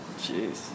Jeez